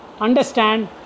Understand